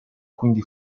quindi